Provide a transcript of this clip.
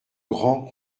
grand